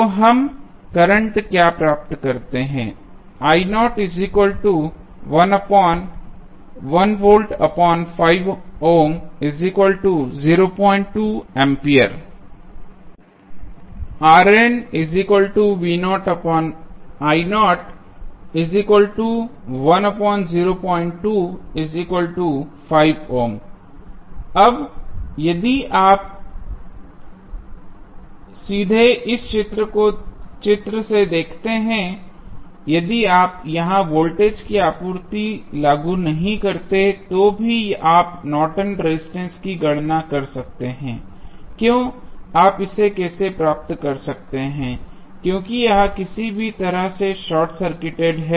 तो हम करंट क्या प्राप्त करते हैं A अब यदि आप सीधे इस चित्र से देखते हैं यदि आप यहां वोल्टेज की आपूर्ति लागू नहीं करते हैं तो भी आप नॉर्टन रेजिस्टेंस Nortons resistance की गणना कर सकते हैं क्यों आप इसे कैसे प्राप्त कर सकते हैं क्योंकि यह किसी भी तरह से शार्ट सर्किटेड है